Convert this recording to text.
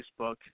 Facebook